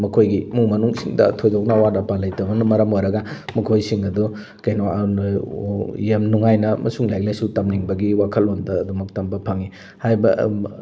ꯃꯈꯣꯏꯒꯤ ꯏꯃꯨꯡ ꯃꯅꯨꯡꯁꯤꯡꯗ ꯊꯣꯏꯗꯣꯛꯅ ꯑꯋꯥꯠ ꯑꯄꯥ ꯂꯩꯇꯕꯅ ꯃꯔꯝ ꯑꯣꯏꯔꯒ ꯃꯈꯣꯏꯁꯤꯡ ꯑꯗꯨ ꯀꯩꯅꯣ ꯌꯥꯝ ꯅꯨꯡꯉꯥꯏꯅ ꯑꯃꯁꯨꯡ ꯂꯥꯏꯔꯤꯛ ꯂꯥꯏꯁꯨ ꯇꯝꯅꯤꯡꯕꯒꯤ ꯋꯥꯈꯜꯂꯣꯟꯗ ꯑꯗꯨꯃꯛ ꯇꯝꯕ ꯐꯪꯉꯤ ꯍꯥꯏꯔꯤꯕ